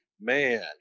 man